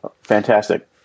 fantastic